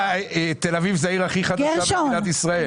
תל אביב זאת העיר הכי חדשה במדינת ישראל.